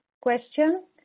question